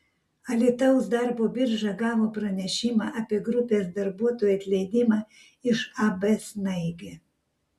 alytaus darbo birža gavo pranešimą apie grupės darbuotojų atleidimą iš ab snaigė